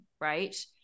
right